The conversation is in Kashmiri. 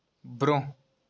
برٛونٛہہ